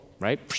Right